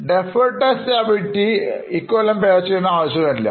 Deferred tax liabilityഇക്കൊല്ലം Pay ചെയ്യേണ്ട ആവശ്യമില്ല